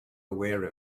aware